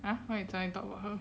and what you can talk about her